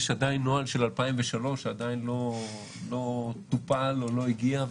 יש נוהל של 2003 שעדיין לא טופל או לא הגיע.